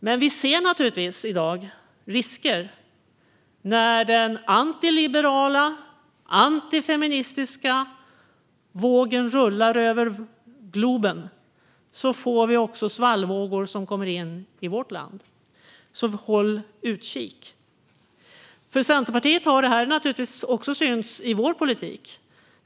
Men när den antiliberala, antifeministiska vågen rullar över globen ser vi risken för att svallvågor kommer in också i vårt land, så håll utkik! Jämställdheten har naturligtvis också synts i vår politik.